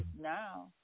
now